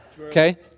Okay